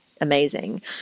amazing